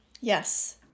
Yes